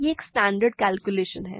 यह एक standard calculation है